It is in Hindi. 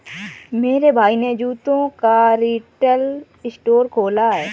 मेरे भाई ने जूतों का रिटेल स्टोर खोला है